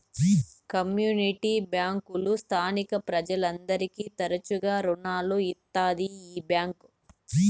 community బ్యాంకులు స్థానిక ప్రజలందరికీ తరచుగా రుణాలు ఇత్తాది ఈ బ్యాంక్